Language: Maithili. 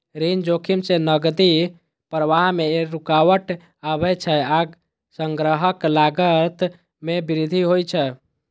ऋण जोखिम सं नकदी प्रवाह मे रुकावट आबै छै आ संग्रहक लागत मे वृद्धि होइ छै